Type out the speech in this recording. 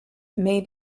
may